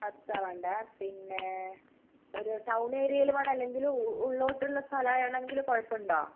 പത്താണോ വേണ്ടത് പിന്നെ ഒരു ടൗൺ ഏരിയയിൽ വേണോ അല്ലെങ്കിൽ ഉള്ളോട്ടുള്ള സ്ഥലമാണെങ്കിൽ കുഴപ്പമുണ്ടോ